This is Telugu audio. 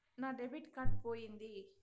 నా డెబిట్ కార్డు పోయింది